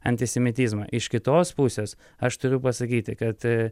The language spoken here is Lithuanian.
antisemitizmą iš kitos pusės aš turiu pasakyti kad